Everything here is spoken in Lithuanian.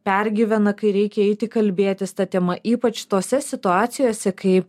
pergyvena kai reikia eiti kalbėtis ta tema ypač tose situacijose kai